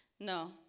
No